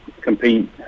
compete